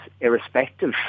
irrespective